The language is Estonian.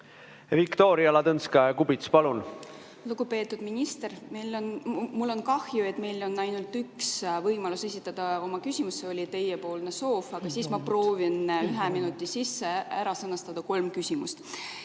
Viktoria Ladõnskaja-Kubits, palun! Lugupeetud minister! Mul on kahju, et meil on võimalus esitada ainult üks küsimus, see oli teie soov, aga siis ma proovin ühe minuti sisse ära sõnastada kolm küsimust.